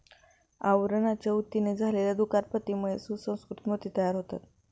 आवरणाच्या ऊतींना झालेल्या दुखापतीमुळे सुसंस्कृत मोती तयार होतात